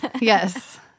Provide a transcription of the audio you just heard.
Yes